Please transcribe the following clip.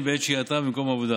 למקומם.